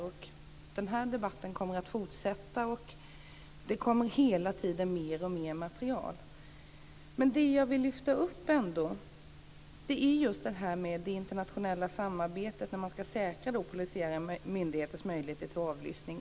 Och denna debatt kommer att fortsätta, och det kommer hela tiden mer och mer material. Men det som jag ändå vill lyfta upp är det internationella samarbetet när man ska säkra polisiära myndigheters möjligheter till avlyssning.